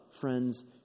friends